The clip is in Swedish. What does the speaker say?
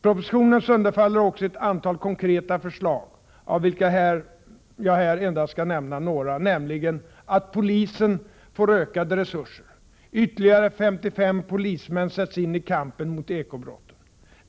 Propositionen sönderfaller också i ett antal konkreta förslag av vilka jag här endast skall nämna några; nämligen — att polisen får ökade resurser. Ytterligare 55 polismän sätts in i kampen mot eko-brotten.